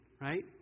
right